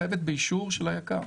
חייבת באישור של היק"ר.